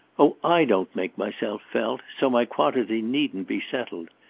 oh i don't make myself felt so my quantity needn't be settled.